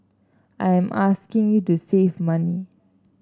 I am asking you to save money